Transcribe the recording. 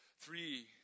three